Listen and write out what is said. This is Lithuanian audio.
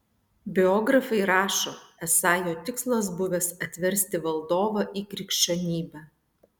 biografai rašo esą jo tikslas buvęs atversti valdovą į krikščionybę